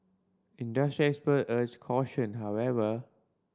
industry expert urged caution however